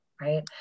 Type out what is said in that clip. right